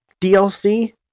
DLC